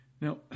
Now